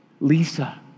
Lisa